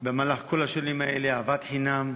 במהלך כל השנים האלה לאהבת חינם,